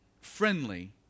friendly